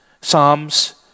Psalms